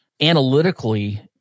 analytically